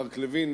מארק לווין,